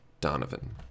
Donovan